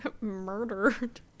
murdered